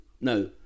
No